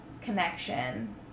connection